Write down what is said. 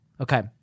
Okay